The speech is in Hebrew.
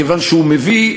מכיוון שהוא מביא,